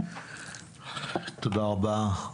תודה רבה.